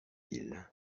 ils